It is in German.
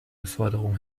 beförderung